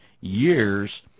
years